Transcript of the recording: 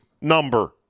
number